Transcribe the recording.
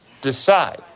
Decide